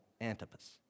Antipas